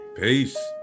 Peace